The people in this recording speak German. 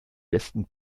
besten